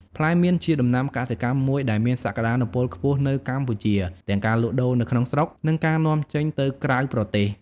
ផ្លែមៀនជាដំណាំកសិកម្មមួយដែលមានសក្តានុពលខ្ពស់នៅកម្ពុជា ទាំងការលក់ដូរនៅក្នុងស្រុក និងការនាំចេញទៅក្រៅប្រទេស។